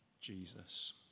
Jesus